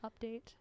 update